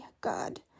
god